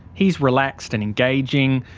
he is relaxed and engaging.